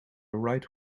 write